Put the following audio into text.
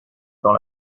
dans